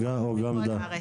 בכל הארץ.